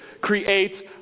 creates